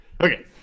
Okay